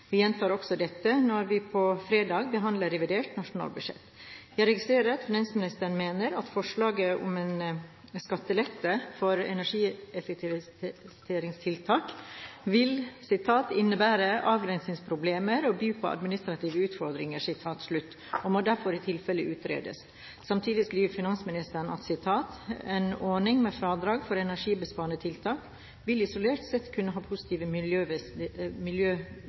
Vi gjentar også dette når vi på fredag behandler revidert nasjonalbudsjett. Jeg registrerer at finansministeren mener at forslaget om en skattelette for energieffektiviseringstiltak vil «innebære avgrensningsproblemer og by på administrative utfordringer», og må derfor i tilfelle utredes. Samtidig skriver finansministeren: «En ordning med fradrag for energibesparende tiltak vil isolert sett kunne ha positive